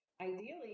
ideally